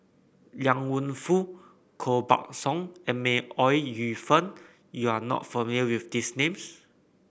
Liang Wenfu Koh Buck Song and May Ooi Yu Fen you are not familiar with these names